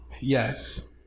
Yes